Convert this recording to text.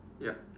yup